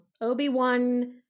Obi-Wan